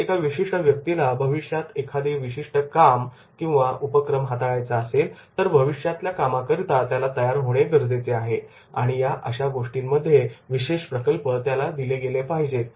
जर एका विशिष्ट व्यक्तीला भविष्यात एखादा विशिष्ट काम किंवा उपक्रम हाताळायचा असेल तर या भविष्यातल्या कामाकरिता त्याला तयार होणे गरजेचे आहे आणि या अशा गोष्टीमध्ये विशेष प्रकल्प त्याला दिले पाहिजेत